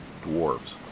dwarves